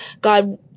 God